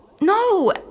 No